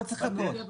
לא צריך לחכות.